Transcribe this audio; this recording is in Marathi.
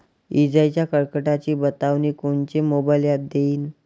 इजाइच्या कडकडाटाची बतावनी कोनचे मोबाईल ॲप देईन?